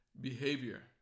behavior